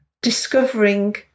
discovering